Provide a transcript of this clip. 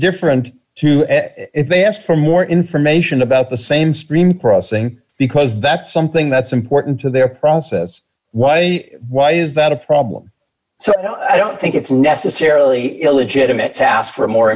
different to if they ask for more information about the same stream crossing because that's something that's important to their process why why is that a problem i don't think it's necessarily illegitimates ask for more